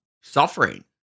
suffering